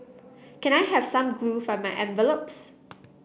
can I have some glue for my envelopes